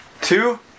Two